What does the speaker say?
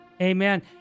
Amen